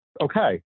okay